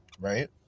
right